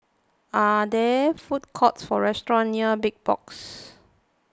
are there food courts or restaurants near Big Box